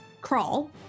Crawl